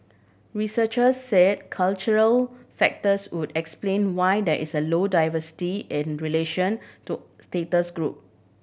researcher said cultural factors would explain why there is a low diversity in relation to status group